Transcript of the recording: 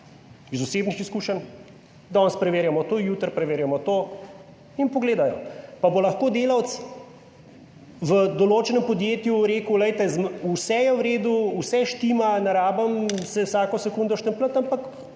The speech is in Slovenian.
iz osebnih izkušenj, danes preverjamo to, jutri preverjamo to in pogledajo. Pa bo lahko delavec v določenem podjetju rekel, glejte vse je v redu, vse štima, ne rabim se vsako sekundo štempljati, ampak